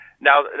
now